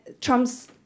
Trump's